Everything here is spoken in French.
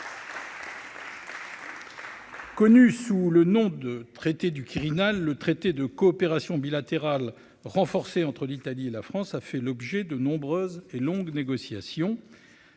Connu sous le nom de traité du Quirinal, le traité de coopération bilatérale renforcée entre l'Italie et la France a fait l'objet de nombreuses et longues négociations